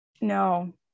no